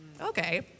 Okay